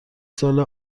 سال